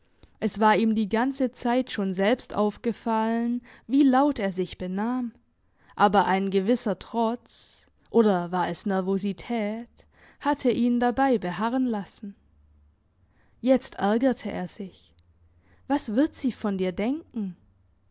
es war ihm die ganze zeit schon selbst aufgefallen wie laut er sich benahm aber ein gewisser trotz oder war es nervosität hatte ihn dabei beharren lassen jetzt ärgerte er sich was wird sie von dir denken